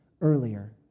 earlier